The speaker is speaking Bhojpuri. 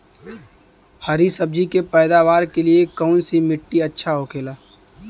हरी सब्जी के पैदावार के लिए कौन सी मिट्टी अच्छा होखेला?